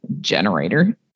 generator